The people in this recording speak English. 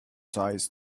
ties